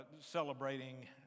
celebrating